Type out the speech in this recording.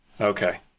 okay